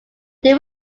deal